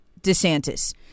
DeSantis